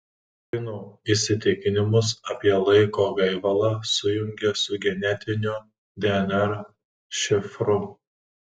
kinų įsitikinimus apie laiko gaivalą sujungė su genetiniu dnr šifru